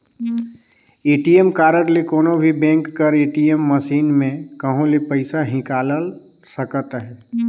ATM card ले कोनो भी बेंक कर ए.टी.एम मसीन में कहों ले पइसा हिंकाएल सकत अहे